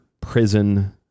prison